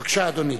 גנאים.